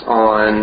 on